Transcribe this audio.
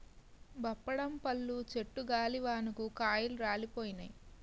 బప్పడం పళ్ళు చెట్టు గాలివానకు కాయలు రాలిపోయినాయి